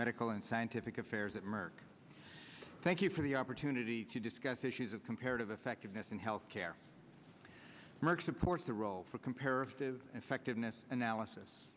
medical and scientific affairs at merck thank you for the opportunity to discuss issues of comparative effectiveness in health care merck supports the role for comparative effectiveness analysis